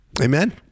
Amen